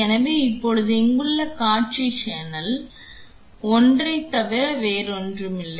எனவே இப்போது இங்குள்ள காட்சி சேனல் 1 ஐத் தவிர வேறொன்றுமில்லை